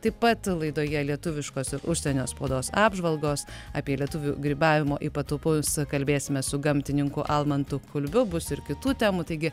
taip pat laidoje lietuviškos ir užsienio spaudos apžvalgos apie lietuvių grybavimo ypatumus kalbėsime su gamtininku almantu kulbiu bus ir kitų temų taigi